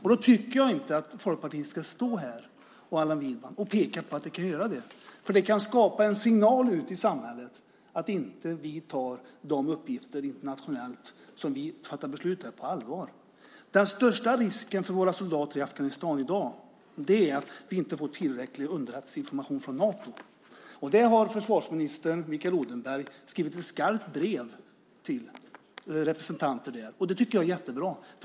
Då tycker jag inte att Folkpartiets Allan Widman ska stå här och peka på att det kan göra det. Det kan skapa en signal ute i samhället att vi inte tar de uppgifter vi har internationellt som vi fattat beslut om på allvar. Den största risken för våra soldater i Afghanistan i dag är att vi inte får tillräcklig underrättelseinformation från Nato. Det har försvarsminister Mikael Odenberg skrivit ett skarpt brev om till representanter där. Det tycker jag är jättebra.